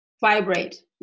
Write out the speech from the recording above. vibrate